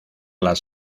las